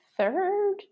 Third